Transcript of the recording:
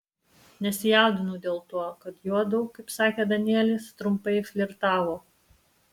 nesijaudinu dėl to kad juodu kaip sakė danielis trumpai flirtavo